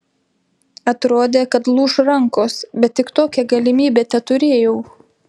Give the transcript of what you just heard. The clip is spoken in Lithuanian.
atrodė kad lūš rankos bet tik tokią galimybę teturėjau